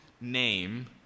name